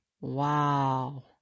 Wow